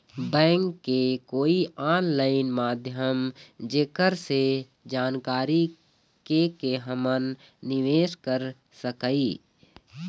Bank के कोई online माध्यम जेकर से जानकारी के के हमन निवेस कर सकही?